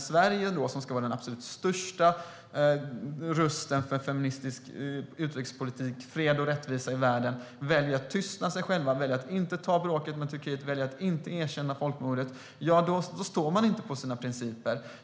Sverige, som ska vara den absolut starkaste rösten för en feministisk utrikespolitik och fred och rättvisa i världen, väljer att vara tyst, att inte ta bråket med Turkiet och inte erkänna folkmordet. Då står man inte för sina principer.